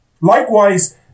Likewise